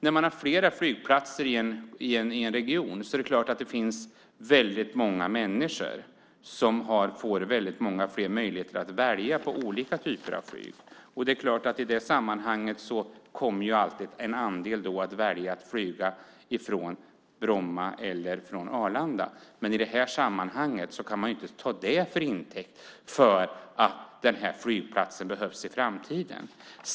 När man har flera flygplatser i en region är det klart att det är många fler människor som får möjlighet att välja mellan olika slags flyg. I det sammanhanget kommer alltid en andel att välja att flyga från Bromma eller Arlanda. Men i det här sammanhanget kan man inte ta detta till intäkt för att Bromma flygplats behövs i framtiden.